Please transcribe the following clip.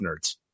nerds